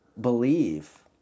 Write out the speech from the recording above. believe